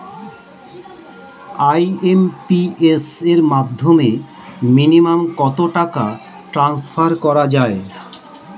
IMPS এর মাধ্যমে minimum কত টাকা ট্রান্সফার করা যায়?